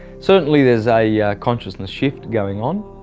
certainly there is a yeah consciousness shift going on.